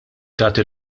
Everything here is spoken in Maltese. tagħti